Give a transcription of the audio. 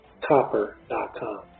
copper.com